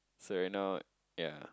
so right now ya